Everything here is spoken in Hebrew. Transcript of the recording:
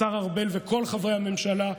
השר ארבל וכל חברי הממשלה,